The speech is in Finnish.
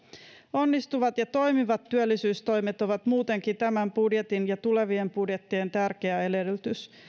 onnistuvat ja toimivat työllisyystoimet ovat muutenkin tämän budjetin ja tulevien budjettien tärkeä edellytys